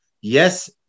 yes